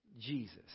Jesus